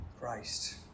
Christ